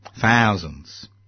Thousands